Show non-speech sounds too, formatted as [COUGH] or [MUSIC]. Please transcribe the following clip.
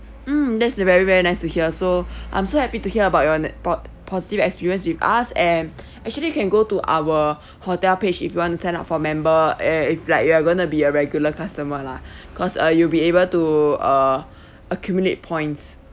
mm that's the very very nice to hear so [BREATH] I'm so happy to hear about your that port~ positive experience with us and [BREATH] actually you can go to our hotel page if you want to sign up for member eh if like you are going to be a regular customer lah cause uh you'll be able to uh accumulate points